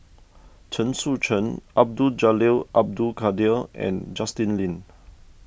Chen Sucheng Abdul Jalil Abdul Kadir and Justin Lean